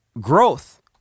growth